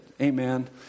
amen